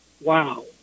wow